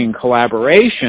collaboration